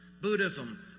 Buddhism